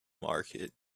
market